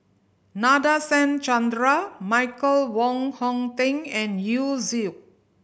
Nadasen Chandra Michael Wong Hong Teng and Yu Zhuye